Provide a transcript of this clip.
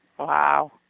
Wow